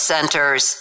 Centers